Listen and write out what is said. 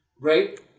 Right